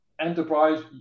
enterprise